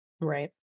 Right